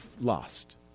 lost